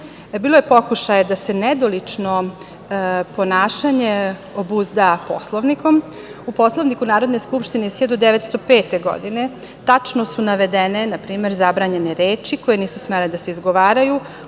bilo je pokušaja da se nedolično ponašanje obuzda Poslovnikom.U Poslovniku Narodne skupštine iz 1905. godine tačno su navedene, na primer, zabranjene reči koje nisu smele da se izgovaraju.